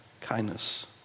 Kindness